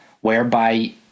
whereby